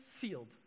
sealed